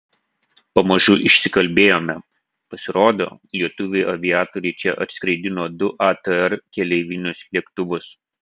pamažu išsikalbėjome pasirodo lietuviai aviatoriai čia atskraidino du atr keleivinius lėktuvus